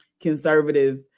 conservative